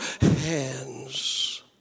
hands